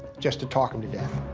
just to talk em to death.